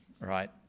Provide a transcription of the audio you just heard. right